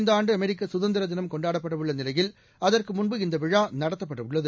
இந்த ஆண்டு அமெரிக்க சுதந்திர தினம் கொண்டாடப்படவுள்ள நிலையில் அதற்கு முன்பு இந்த விழா நடத்தப்பட்டுள்ளது